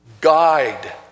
guide